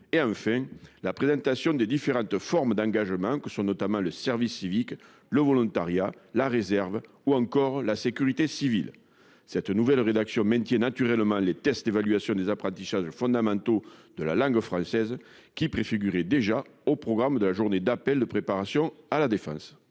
et enfin la présentation des différentes formes d'engagement que sont notamment le service civique. Le volontariat, la réserve ou encore la sécurité civile. Cette nouvelle rédaction maintiennent naturellement les tests d'évaluation des apprentissages fondamentaux de la langue française qui préfigurait déjà au programme de la journée d'appel de préparation à la défense.